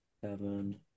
seven